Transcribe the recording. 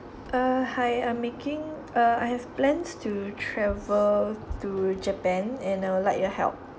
uh hi I'm making uh I have plans to travel to japan and I will like your help